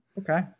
Okay